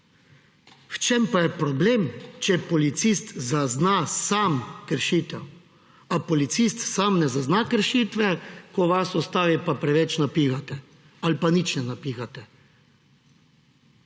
V čem pa je problem, če policist zazna sam kršitev? A policist sam ne zazna kršitve, ko vas ustavi pa preveč napihate ali pa nič ne napihate?